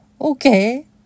okay